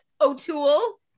O'Toole